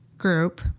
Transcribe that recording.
group